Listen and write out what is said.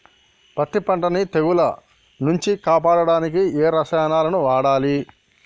పత్తి పంటని తెగుల నుంచి కాపాడడానికి ఏ రసాయనాలను వాడాలి?